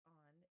on